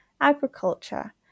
agriculture